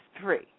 three